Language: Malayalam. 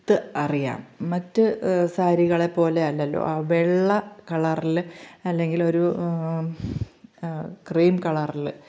ത്ത് അറിയാം മറ്റ് സാരികളെ പോലെ അല്ലല്ലോ ആ വെള്ള കളറിൽ അല്ലെങ്കിൽ ഒരു ക്രീം കളറിൽ